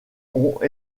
ont